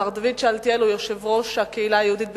מר דוד שאלתיאל הוא יושב-ראש הקהילה היהודית בסלוניקי,